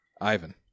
Ivan